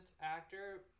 actor